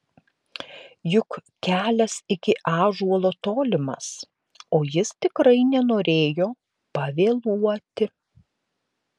juk kelias iki ąžuolo tolimas o jis tikrai nenorėjo pavėluoti